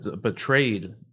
betrayed